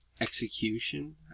execution